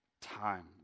time